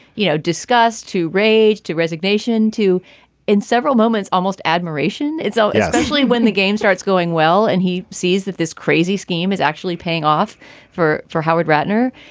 you know, disgust to rage to resignation to in several moments, almost admiration. it's so it's usually when the game starts going well and he sees that this crazy scheme is actually paying off for for howard ratner.